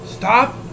Stop